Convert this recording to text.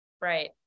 Right